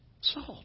Salt